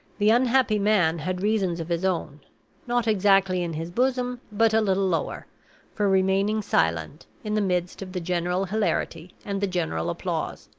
the unhappy man had reasons of his own not exactly in his bosom, but a little lower for remaining silent, in the midst of the general hilarity and the general applause.